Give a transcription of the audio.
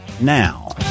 now